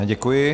Děkuji.